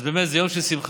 אז באמת זה יום של שמחה,